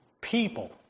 people